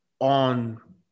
on